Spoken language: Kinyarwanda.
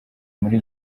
muri